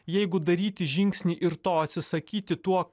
jeigu daryti žingsnį ir to atsisakyti tuo